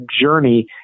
journey